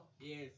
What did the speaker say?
yes